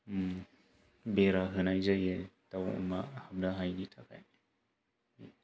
ओम बेरा होनाय जायो दाउआ हाबनो हायिनि थाखाय